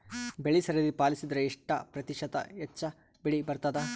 ಬೆಳಿ ಸರದಿ ಪಾಲಸಿದರ ಎಷ್ಟ ಪ್ರತಿಶತ ಹೆಚ್ಚ ಬೆಳಿ ಬರತದ?